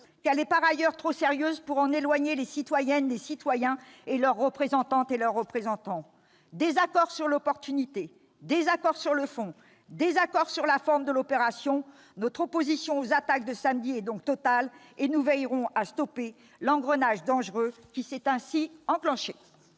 qu'elle est par ailleurs trop sérieuse pour en éloigner les citoyennes, les citoyens, leurs représentantes et leurs représentants. Désaccord sur l'opportunité, désaccord sur le fond, désaccord sur la forme de l'opération ... Notre opposition aux attaques de samedi est donc totale, et nous veillerons à stopper l'engrenage dangereux qui s'est ainsi enclenché.